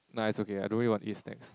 nah it's okay I don't really want eat snacks